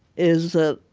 is that